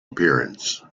appearance